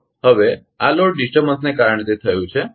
હવે આ લોડ ડિસ્ટર્બનસને કારણે તે થયું છે